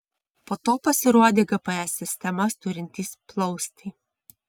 po to pasirodė gps sistemas turintys plaustai